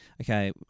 Okay